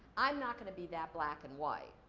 i'm not gonna be that black and white.